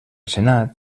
senat